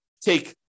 take